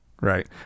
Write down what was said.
right